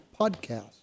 podcast